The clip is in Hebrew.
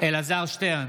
אלעזר שטרן,